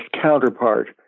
counterpart